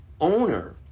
owner